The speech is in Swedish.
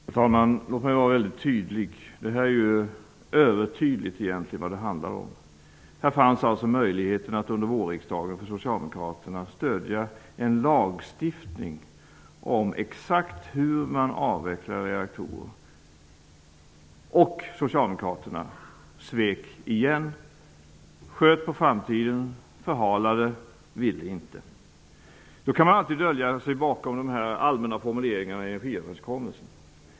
Herr talman! Jag skall vara väldigt tydlig -- det är egentligen övertydligt vad det handlar om. Det fanns alltså möjlighet för Socialdemokraterna under vårriksdagen att stödja en lagstiftning om exakt hur reaktorerna skall avvecklas. Men Socialdemokraterna svek igen. Man ville skjuta på framtiden och förhalade. Då kan man ju alltid försöka att dölja sig bakom de allmänna formuleringarna i energiöverenskommelsen.